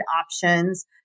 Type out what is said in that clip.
options